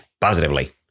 positively